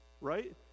Right